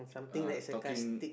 uh talking